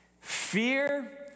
Fear